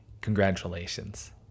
Congratulations